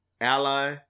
Ally